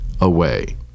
away